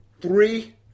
three